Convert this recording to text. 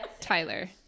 Tyler